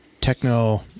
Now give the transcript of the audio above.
techno